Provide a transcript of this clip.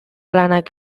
lanak